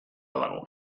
dago